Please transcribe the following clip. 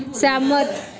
सैह्मत